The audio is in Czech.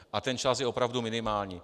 A ten čas je opravdu minimální.